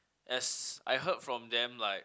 as I heard from them like